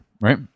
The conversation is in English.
right